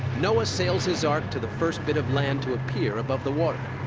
noah sails his ark to the first bit of land to appear above the water.